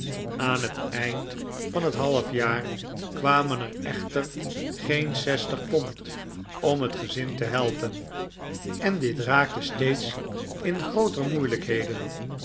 aan het eind van het half jaar kwamen er echter geen zestig pond om het gezin te helpen en dit raakte steeds in grooter moeilijkheden